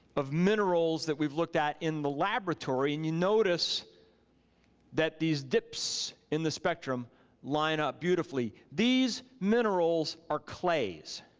of minerals that we've looked at in the laboratory. and you notice that these dips in the spectrum line up beautifully. these minerals are clays.